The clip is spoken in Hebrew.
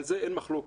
על זה אין מחלוקת.